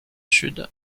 sud